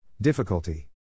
Difficulty